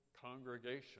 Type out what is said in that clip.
congregation